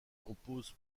compose